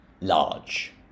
large